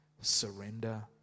surrender